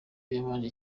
yambajije